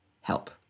help